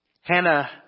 Hannah